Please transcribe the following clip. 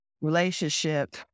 relationship